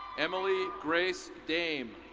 emily grace dame.